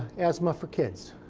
asthma for kids.